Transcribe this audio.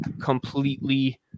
completely